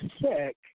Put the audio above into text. sick